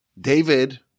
David